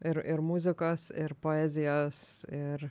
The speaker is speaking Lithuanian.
ir ir muzikos ir poezijos ir